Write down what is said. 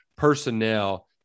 personnel